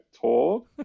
told